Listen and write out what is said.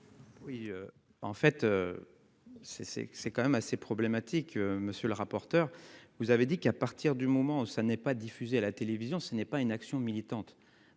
c'est c'est quand même assez problématique. Monsieur le rapporteur. Vous avez dit qu'à partir du moment où ça n'est pas diffusé à la télévision ce n'est pas une action militante